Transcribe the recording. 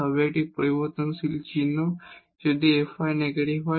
তবে এটি পরিবর্তনশীল চিহ্ন যদি fy নেগেটিভ হয়